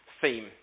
theme